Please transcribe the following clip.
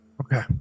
Okay